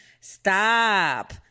Stop